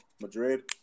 Madrid